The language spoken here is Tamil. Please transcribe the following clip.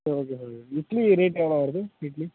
சரி okay sir okay idli rate எவ்வளோ வருது இட்லி